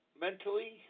mentally